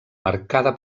marcada